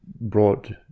brought